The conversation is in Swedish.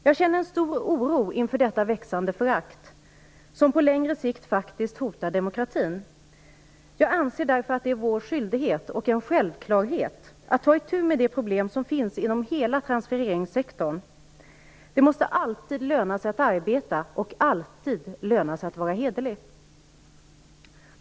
Jag känner en stor oro inför detta växande förakt som på längre sikt faktiskt hotar demokratin. Jag anser därför att det är vår skyldighet och en självklarhet att ta itu med de problem som finns inom hela transfereringssektorn. Det måste alltid löna sig att arbeta och alltid löna sig att vara hederlig.